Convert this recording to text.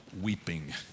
weeping